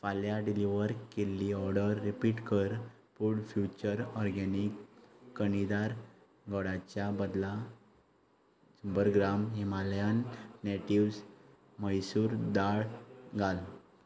फाल्यां डिलिवर केल्ली order repeat कर पूण फ्युचर ऑरगॅनीक कणीदार गोडाच्या बदला शंबर ग्राम हिमालयन नॅटिव्ज मैसूर दाळ घाल